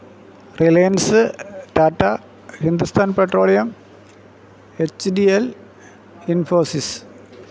reliance Tata Hindustan petroleum H D L Infosys